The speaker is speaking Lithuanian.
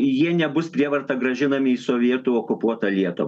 jie nebus prievarta grąžinami į sovietų okupuotą lietuvą